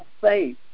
faith